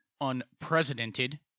unprecedented